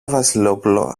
βασιλόπουλο